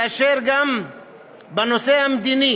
כאשר גם בנושא המדיני